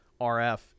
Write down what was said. rf